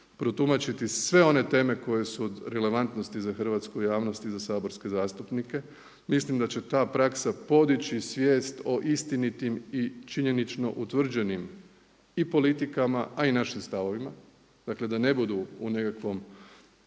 protumačiti sve one teme koje su od relevantnosti za hrvatsku javnost i za saborske zastupnike. Mislim da će ta praksa podići svijest o istinitim i činjenično utvrđenim i politikama a i našim stavovima. Dakle da ne budu u nekakvom